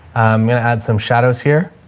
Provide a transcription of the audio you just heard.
i'm going to add some shadows here